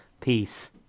Peace